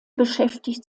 beschäftigt